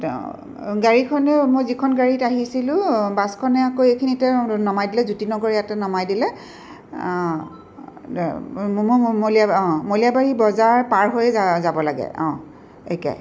গাড়ীখনে মই যিখন গাড়ীত আহিছিলোঁ বাছখনে আকৌ এইখিনিতে নমাই দিলে জ্যোতিনগৰ ইয়াতে নমাই দিলে অঁ মলীয়া অঁ মলীয়াবাৰী বজাৰ পাৰ হৈ যা যাব লাগে অঁ একে